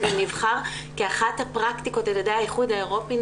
זה נבחר כאחת הפרקטיקות על ידי האיחוד האירופי,